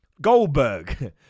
Goldberg